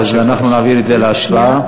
אז אנחנו נעביר את זה להצבעה.